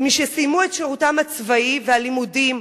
משסיימו את שירותם הצבאי והלימודים,